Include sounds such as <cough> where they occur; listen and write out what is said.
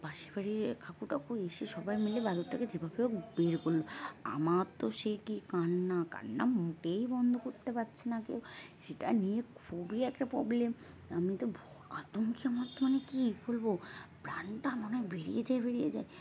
পাশের বাড়ির কাকু টাকু এসে সবাই মিলে বাঁদরটাকে যেভাবে হোক বের করল আমার তো সে কী কান্না কান্না মোটেই বন্ধ করতে পারছে না কেউ সেটা নিয়ে খুবই একটা প্রবলেম আমি তো <unintelligible> আতঙ্কে আমার তো মানে কী বলব প্রাণটা মনে হয় বেরিয়ে যায় বেরিয়ে যায়